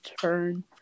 turn